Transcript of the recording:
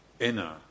inner